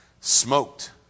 smoked